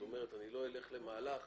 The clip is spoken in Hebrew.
אני לא אלך למהלך